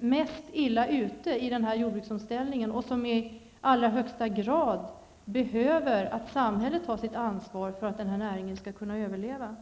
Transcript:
mest illa ute i jordbruksomställningen och är i allra högsta grad i behov av att samhället tar sitt ansvar för att näringen skall kunna överleva.